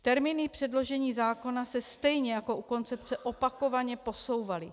Termíny předložení zákona se stejně jako u koncepce opakovaně posouvaly.